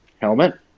helmet